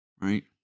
right